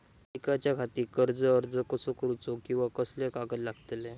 शिकाच्याखाती कर्ज अर्ज कसो करुचो कीवा कसले कागद लागतले?